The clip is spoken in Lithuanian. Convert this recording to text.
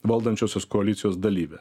valdančiosios koalicijos dalyvė